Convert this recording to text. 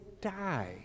die